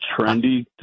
trendy